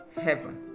heaven